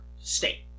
state